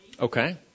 Okay